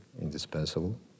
Indispensable